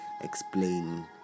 explain